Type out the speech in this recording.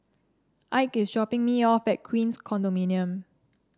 Ike is dropping me off at Queens Condominium